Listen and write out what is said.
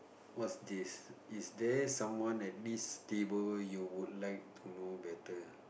what's this is there someone at this table you would like to know better